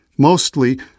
Mostly